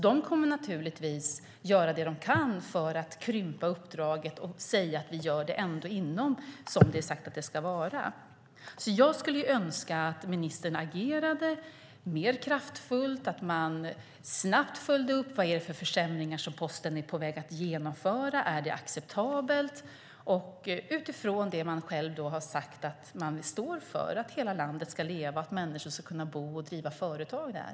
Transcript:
De kommer naturligtvis att göra vad de kan för att krympa uppdraget och säga att de fullgör uppdraget enligt vad som är sagt att det ska vara. Jag önskar att ministern agerar mer kraftfullt, snabbt följer upp vilka försämringar Posten är på väg att genomföra, om de är acceptabla, utifrån vad regeringen har sagt om att hela landet ska leva och att människor ska kunna bo och driva företag här.